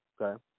Okay